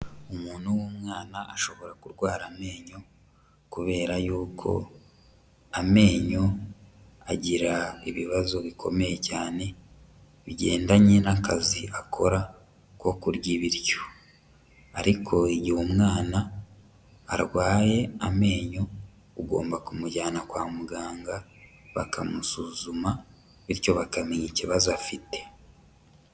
Umuntu w'umwana ashobora kurwara amenyo kubera yuko amenyo agira ibibazo bikomeye cyane bigendanye n'akazi akora ko kurya ibiryo, ariko igihe umwana arwaye amenyo ugomba kumujyana kwa muganga bakamusuzuma bityo bakamenya ikibazo afite.